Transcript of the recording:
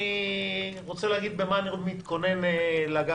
אני רוצה להגיד במה אני מתכונן לגעת.